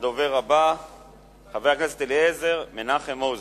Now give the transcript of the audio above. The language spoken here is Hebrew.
חבר הכנסת מנחם מוזס.